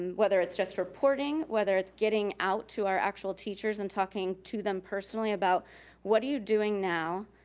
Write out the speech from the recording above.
and whether it's just reporting, whether it's getting out to our actual teachers, then and talking to them personally about what are you doing now,